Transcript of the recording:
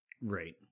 Right